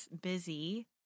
busy